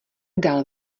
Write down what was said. dál